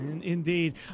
Indeed